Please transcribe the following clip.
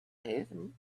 him